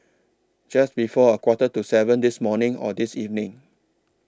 Just before A Quarter to seven This morning Or This evening